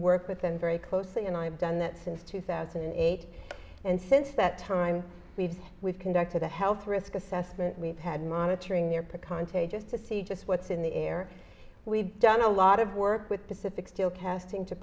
work with them very closely and i've done that since two thousand and eight and since that time we've we've conducted a health risk assessment we've had monitoring their pecans they just to see just what's in the air we've done a lot of work with the